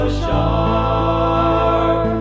sharp